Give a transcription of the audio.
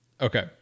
Okay